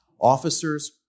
officers